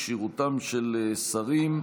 כשירותם של שרים).